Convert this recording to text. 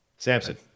Samson